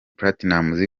platinumz